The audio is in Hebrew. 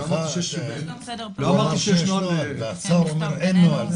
סליחה, אתה אומר שיש נוהל, והשר אומר שאין נוהל.